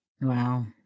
Wow